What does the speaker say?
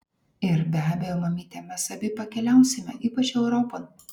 ir be abejo mamyte mes abi pakeliausime ypač europon